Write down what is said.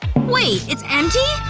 wait it's empty?